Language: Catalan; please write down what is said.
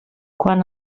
quan